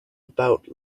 about